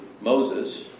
Moses